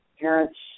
parents